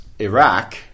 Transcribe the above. Iraq